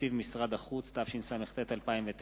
פרסום שם קטין בעבירות חמורות),